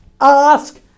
Ask